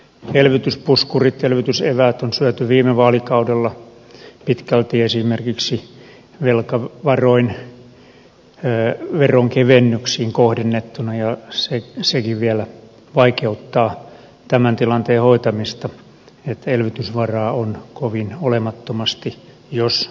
elvytyspuskurit elvytyseväät on syöty viime vaalikaudella pitkälti esimerkiksi velkavaroin veronkevennyksiin kohdennettuna ja sekin vielä vaikeuttaa tämän tilanteen hoitamista että elvytysvaraa on kovin olemattomasti jos ollenkaan